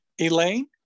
Elaine